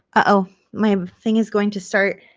oh, my thing is going to start,